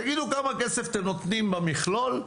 תגידו כמה כסף אתם נותנים במכלול,